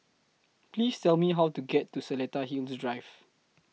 Please Tell Me How to get to Seletar Hills Drive